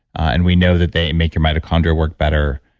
and we know that they make your mitochondria work better.